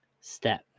step